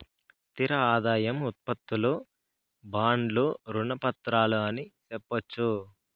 స్థిర ఆదాయం ఉత్పత్తులు బాండ్లు రుణ పత్రాలు అని సెప్పొచ్చు